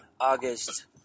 August